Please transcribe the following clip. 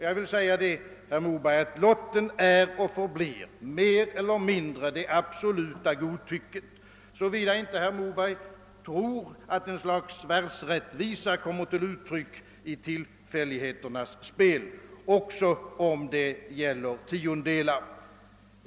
Jag vill säga till herr Moberg, att lotten är och förblir det absoluta godtycket — såvida inte herr Moberg tror att ett slags världsrättvisa kommer till uttryck i tillfälligheternas spel också när det gäller tiondelar.